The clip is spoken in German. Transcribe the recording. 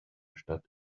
stadt